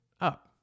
up